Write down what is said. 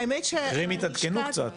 המחירים התעדכנו קצת.